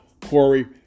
Corey